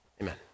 Amen